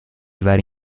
vari